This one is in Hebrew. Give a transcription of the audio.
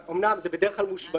אומנם זה בדרך כלל מושבעים,